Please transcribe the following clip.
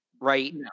right